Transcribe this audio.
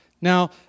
Now